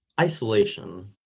isolation